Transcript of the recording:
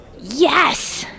Yes